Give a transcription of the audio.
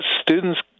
students